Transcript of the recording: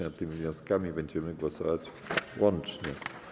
Nad tymi wnioskami będziemy głosować łącznie.